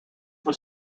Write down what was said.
was